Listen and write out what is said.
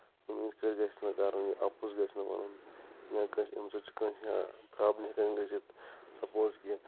یِتھ کٲٹھۍ گژھِ نہٕ کَرُن یہِ اَپُز گژھِ نہٕ وَنُن یا کٲنٛسہِ اَمہِ سۭتۍ چھِ کٲنٛسہِ پرٛابلِم ہٮ۪کان گٔژھِتھ سَپوز کہِ